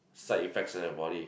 side effects on your body